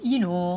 you know